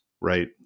right